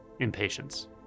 Impatience